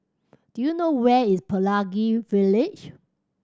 do you know where is Pelangi Village